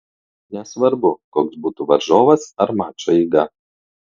nesvarbu koks būtų varžovas ar mačo eiga